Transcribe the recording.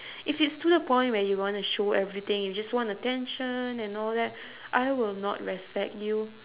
if it's to the point where you wanna show everything you just want attention and all that I will not respect you